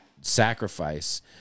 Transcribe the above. sacrifice